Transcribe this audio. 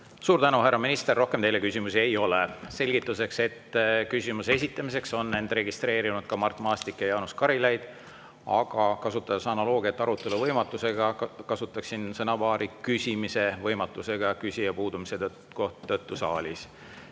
Suur tänu, härra minister! Rohkem teile küsimusi ei ole. Selgituseks, et küsimuse esitamiseks on end registreerinud ka Mart Maastik ja Jaanus Karilaid, aga kasutades analoogiat arutelu võimatusega, kasutaksin sõnapaari "küsimise võimatus" küsija puudumise tõttu saalis.